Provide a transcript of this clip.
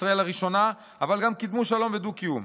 ישראל הראשונה אבל גם קידמו שלום ודו-קיום.